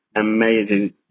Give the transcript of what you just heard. Amazing